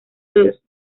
los